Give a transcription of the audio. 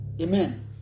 Amen